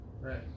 Right